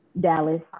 Dallas